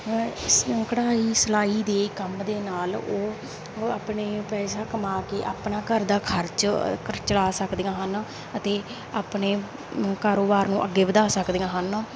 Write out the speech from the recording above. ਇਸ ਕਢਾਈ ਸਿਲਾਈ ਦੇ ਕੰਮ ਦੇ ਨਾਲ ਉਹ ਆਪਣਾ ਪੈਸਾ ਕਮਾ ਕੇ ਆਪਣਾ ਘਰ ਦਾ ਖਰਚ ਚਲਾ ਸਕਦੀਆਂ ਹਨ ਅਤੇ ਆਪਣੇ ਕਾਰੋਬਾਰ ਨੂੰ ਅੱਗੇ ਵਧਾ ਸਕਦੀਆਂ ਹਨ